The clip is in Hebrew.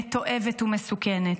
מתועבת ומסוכנת.